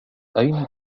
أين